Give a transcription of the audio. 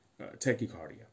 tachycardia